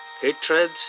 hatred